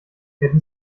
hätten